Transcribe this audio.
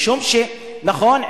נכון,